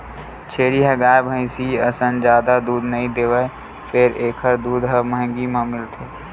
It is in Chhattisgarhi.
छेरी ह गाय, भइसी असन जादा दूद नइ देवय फेर एखर दूद ह महंगी म मिलथे